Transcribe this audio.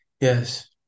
yes